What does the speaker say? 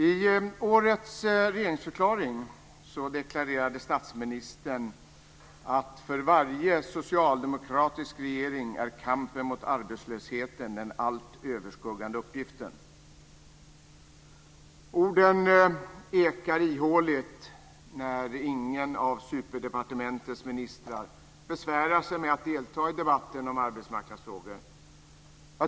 I årets regeringsförklaring deklarerade statsministern att "för varje socialdemokratisk regering är kampen mot arbetslösheten den allt annat överskuggande uppgiften". Orden ekar ihåligt när ingen av superdepartementets ministrar besvärar sig med att delta i debatten om arbetsmarknadsfrågor.